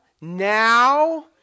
now